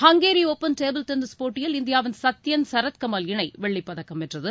ஹங்கோ open table tennis போட்டியில் இந்தியாவின் சத்யன் சரத் கமல் இணை வெள்ளிப் பதக்கம் வென்றது